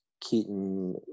Keaton